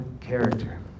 character